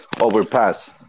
overpass